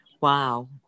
Wow